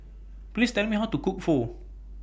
Please Tell Me How to Cook Pho